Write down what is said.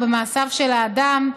או במעשיו של האדם,